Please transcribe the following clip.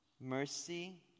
Mercy